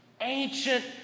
Ancient